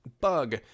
bug